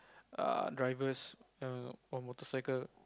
err driver's err or motorcycle